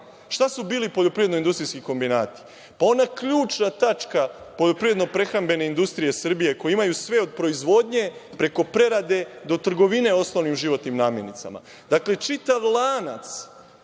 Šta su bili poljoprivedno-industrijski kombinati? Ona ključna tačka poljoprivedno-prehrambene industrije Srbije, koji imaju sve od proizvodnje, preko prerade do trgovine osnovnim životnim namirnicama. Dakle, čitav lanac